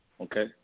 okay